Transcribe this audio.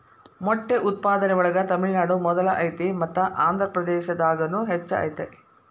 ಮೊಟ್ಟೆ ಉತ್ಪಾದನೆ ಒಳಗ ತಮಿಳುನಾಡು ಮೊದಲ ಐತಿ ಮತ್ತ ಆಂದ್ರಪ್ರದೇಶದಾಗುನು ಹೆಚ್ಚ ಐತಿ